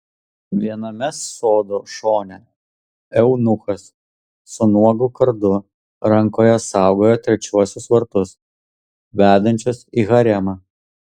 viename sodo šone eunuchas su nuogu kardu rankoje saugojo trečiuosius vartus vedančius į haremą